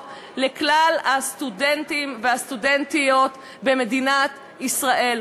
לכלל הסטודנטים והסטודנטיות במדינת ישראל.